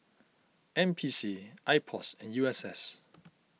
N P C Ipos and U S S